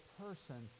person